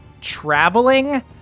traveling